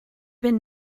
been